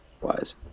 wise